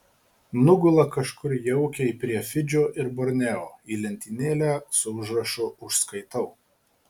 nugula kažkur jaukiai prie fidžio ir borneo į lentynėlę su užrašu užskaitau